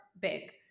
big